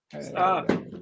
Stop